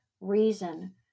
reason